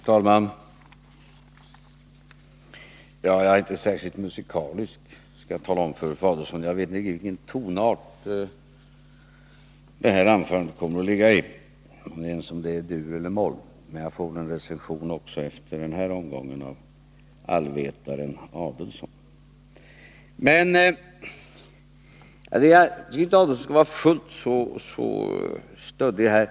Herr talman! Jag är inte särskilt musikalisk, skall jag tala om för Ulf Adelsohn. Jag vet inte i vilken tonart det här anförandet kommer att ligga, eller ens om det är dur eller moll. Men jag får väl en recension också efter den här omgången av allvetaren Adelsohn. Jag tycker inte att Ulf Adelsohn skall vara fullt så stöddig här.